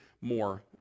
more